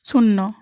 শূন্য